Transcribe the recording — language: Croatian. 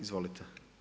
Izvolite.